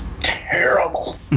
terrible